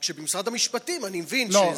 רק שבמשרד המשפטים אני מבין שזה,